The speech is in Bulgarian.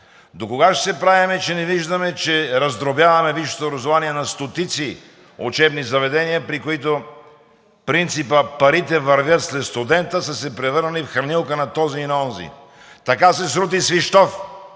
докога ще се правим, че не виждаме, че раздробяваме висшето образование на стотици учебни заведения, при които принципът: „Парите вървят след студента“, са се превърнали в хранилка на този и на онзи? Така се срути Свищов